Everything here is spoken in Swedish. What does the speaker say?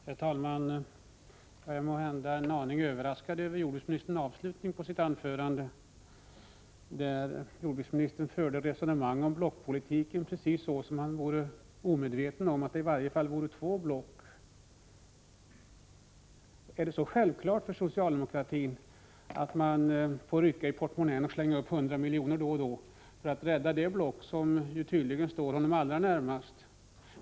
Herr talman! Jag är måhända en aning överraskad av jordbruksministerns avslutning på sitt anförande. Jordbruksministern förde där resonemang om blockpolitiken såsom vore han omedveten om att det handlar om åtminstone två block. Är det för socialdemokratin så självklart att man för att rädda det block som nu tydligen står jordbruksministern allra närmast då och då får ta fram portmonnän och slänga upp några hundra miljoner?